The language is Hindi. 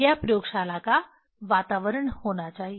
यह प्रयोगशाला का वातावरण होना चाहिए